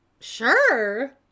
Sure